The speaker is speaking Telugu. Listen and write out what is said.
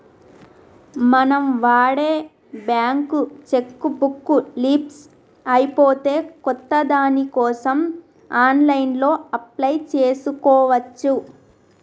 మనం వాడే బ్యేంకు చెక్కు బుక్కు లీఫ్స్ అయిపోతే కొత్త దానికోసం ఆన్లైన్లో అప్లై చేసుకోవచ్చు